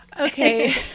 Okay